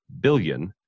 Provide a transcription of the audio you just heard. billion